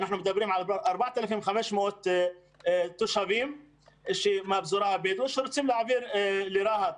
אנחנו מדברים על 4,500 תושבים מהפזורה הבדואית שרוצים להעביר לרהט.